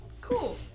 Cool